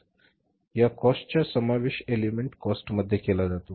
तर या कॉस्ट च्या समावेश एलिमेंट कॉस्ट मध्ये केला जातो